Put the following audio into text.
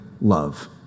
love